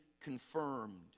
confirmed